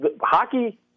hockey